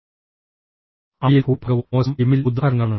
അവയിൽ ഭൂരിഭാഗവും മോശം ഇമെയിൽ ഉദാഹരണങ്ങളാണ്